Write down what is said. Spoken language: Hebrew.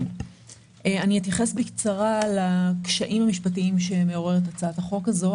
אתייחס בקצרה לקשיים המשפטיים שמעוררת הצעת החוק הזאת.